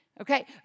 Okay